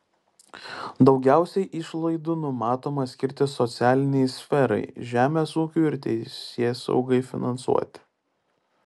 daugiausiai išlaidų numatoma skirti socialinei sferai žemės ūkiui ir teisėsaugai finansuoti